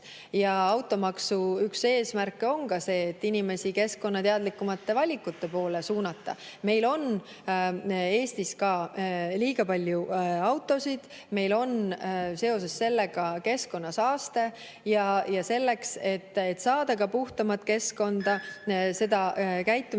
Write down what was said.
Automaksu üks eesmärke on see, et inimesi keskkonnateadlikumate valikute poole suunata. Meil on Eestis liiga palju autosid, meil on seoses sellega keskkonnasaaste. Selleks, et saada ka puhtamat keskkonda, seda käitumist